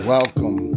Welcome